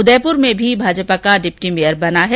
उदयपुर में भी भाजपा का डिप्टी मेयर बना है